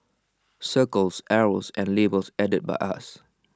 circles arrows and labels added by us